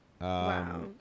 Wow